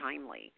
timely